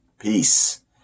Peace